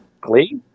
glee